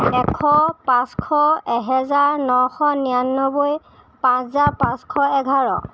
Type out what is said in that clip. এশ পাঁচশ এহেজাৰ নশ নিৰানব্বৈ পাঁচ হেজাৰ পাঁচশ এঘাৰ